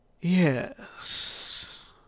Yes